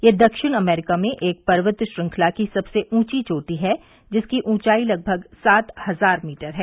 यह दक्षिण अमरीका में एक पर्वत श्रंखला की सबसे ऊंची चोटी है जिसकी ऊंचाई लगभग सात हजार मीटर है